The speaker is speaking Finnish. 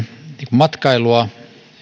matkailua